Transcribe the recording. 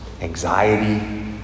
anxiety